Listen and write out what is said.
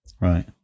Right